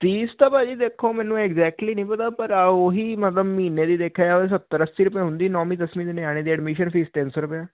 fees ਤਾਂ ਭਾਅ ਜੀ ਦੇਖੋ ਮੈਨੂੰ ਐਗਜੈਕਟਲੀ ਨਹੀਂ ਪਤਾ ਪਰ ਆ ਉਹੀ ਮਤਲਬ ਮਹੀਨੇ ਦੀ ਦੇਖਿਆ ਜਾਵੇ ਸੱਤਰ ਅੱਸੀ ਰੁਪਏ ਹੁੰਦੀ ਆ ਨੌਵੀਂ ਦਸਵੀਂ ਦੇ ਨਿਆਣੇ ਦੀ ਐਡਮਿਸ਼ਨ ਫੀਸ ਤਿੰਨ ਸੋ ਰੁਪਈਆ ਹਾਂਜੀ ਹਾਂਜੀ